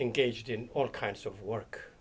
engaged in all kinds of work